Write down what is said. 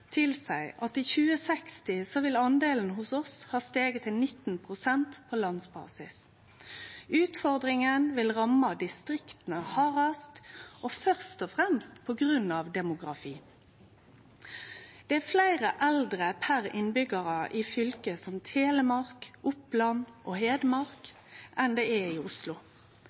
Noreg tilseier at i 2060 vil den delen hjå oss ha stige til 19 pst. på landsbasis. Utfordringa vil ramme distrikta hardast, først og fremst på grunn av demografi. Det er fleire eldre innbyggjarar i fylke som Telemark, Oppland og Hedmark enn det er i Oslo.